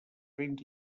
béns